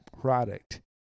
product